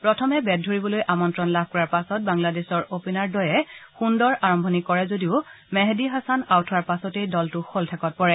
প্ৰথমে বেট ধৰিবলৈ আমন্ত্ৰণ লাভ কৰাৰ পাছত বাংলাদেশৰ অপেনাৰদ্বয়ে সুন্দৰ আৰম্ভণি কৰে যদিও মেহিদী হাছান আউট হোৱাৰ পাছতেই দলটো শলঠেকত পৰে